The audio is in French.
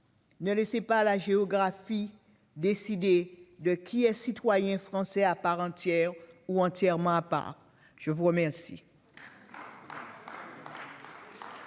Ne laissez pas la géographie décider de qui est citoyen français à part entière, ou entièrement à part ! Très bien